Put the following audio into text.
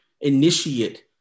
initiate